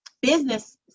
business